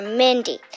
mindy